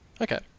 Okay